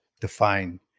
define